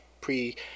pre